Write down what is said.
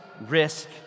risk